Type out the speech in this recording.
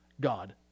God